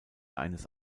eines